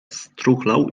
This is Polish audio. struchlał